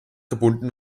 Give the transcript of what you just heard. gebunden